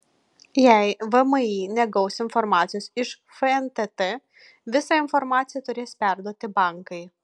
jei vmi negaus informacijos iš fntt visą informaciją turės perduoti bankai